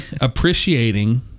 appreciating